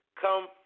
come